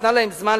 ונתנה להם זמן,